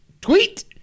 tweet